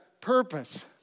purpose